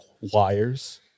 wires